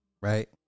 right